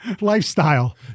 lifestyle